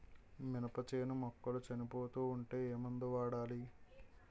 మినప చేను మొక్కలు చనిపోతూ ఉంటే ఏమందు వాడాలి?